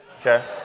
okay